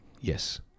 Yes